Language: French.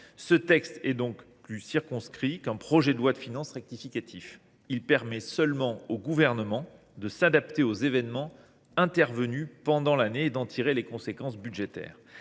Ce texte est donc plus circonscrit qu’un projet de loi de finances rectificative. Il permet seulement au Gouvernement de s’adapter aux événements intervenus pendant l’année et d’en tirer les conséquences budgétaires.